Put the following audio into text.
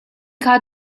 kha